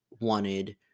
wanted